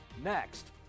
next